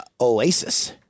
Oasis